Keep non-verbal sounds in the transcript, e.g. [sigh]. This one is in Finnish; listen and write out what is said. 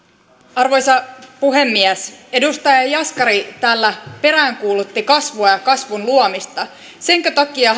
arvoisa puhemies edustaja jaskari täällä peräänkuulutti kasvua ja kasvun luomista senkö takia [unintelligible]